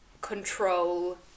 control